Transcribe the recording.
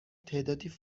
تعدادی